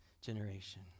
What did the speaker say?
generation